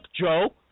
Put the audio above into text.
Joe